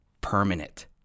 permanent